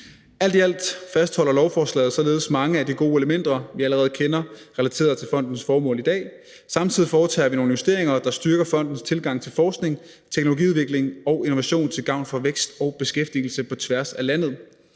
Alt i alt fastholder lovforslaget således mange af de gode elementer, vi allerede kender, relateret til fondens formål i dag, og samtidig foretager vi nogle justeringer, der styrker fondens tilgang til forskning, teknologiudvikling og innovation til gavn for vækst og beskæftigelse på tværs af landet,